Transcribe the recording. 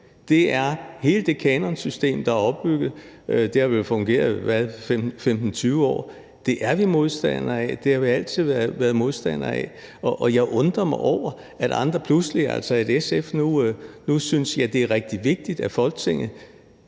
til hele det kanonsystem, der er opbygget. Det har vel fungeret i 15-20 år, og det er vi modstandere af, og det har vi altid været modstandere af. Og jeg undrer mig over, at andre, altså at SF nu pludselig synes, at det er rigtig vigtigt, at Folketinget